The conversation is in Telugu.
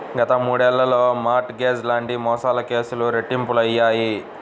గత మూడేళ్లలో మార్ట్ గేజ్ లాంటి మోసాల కేసులు రెట్టింపయ్యాయి